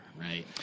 right